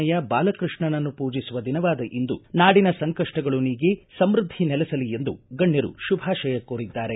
ಶಿಷ್ಟರ ರಕ್ಷಣೆಯ ಬಾಲ ಕೃಷ್ಣನನ್ನು ಪೂಜಿಸುವ ದಿನವಾದ ಇಂದು ನಾಡಿನ ಸಂಕಷ್ಟಗಳು ನೀಗಿ ಸಮೃದ್ದಿ ನೆಲೆಸಲಿ ಎಂದು ಗಣ್ಣರು ಶುಭಾಶಯ ಕೋರಿದ್ದಾರೆ